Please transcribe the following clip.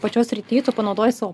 pačioj srity tu panaudoji savo